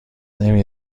نمی